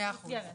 מאה אחוז,